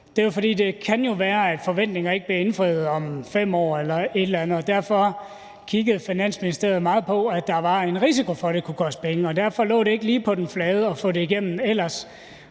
jo kan være, at forventningerne ikke bliver indfriet om 5 år eller på et andet tidspunkt. Derfor kiggede Finansministeriet meget på, at der var en risiko for, at det kunne koste penge, og derfor lå det ikke lige på den flade at få det igennem, for ellers